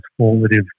transformative